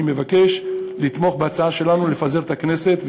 אני מבקש לתמוך בהצעה שלנו לפזר את הכנסת,